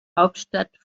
hauptstadt